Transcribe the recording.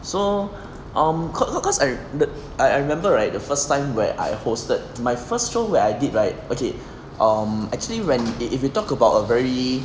so um cause cause I I remember right the first time where I hosted my first show where I did right okay um actually when if you talk about a very